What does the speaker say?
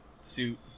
suit